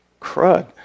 crud